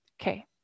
okay